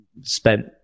spent